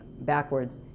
backwards